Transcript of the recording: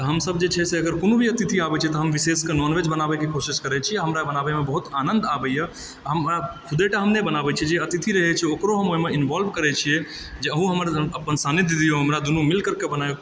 तऽ हमसब जे छै से अगर कोनो भी अतिथि आबै छै तऽ हम विशेष कऽनॉनवेज बनाबैके कोशिश करैत छी आ हमरा बनाबैमे बहुत आनन्द आबैए हमरा हम खुदेटा नहि बनाबै छी जे अतिथि रहै छै ओकरो हम ओहिमे इन्वॉल्व करै छीयै जे अहुँ हमर अपन सानिध्य दिऔ हमरा दुनू मील कर कऽ बनाएब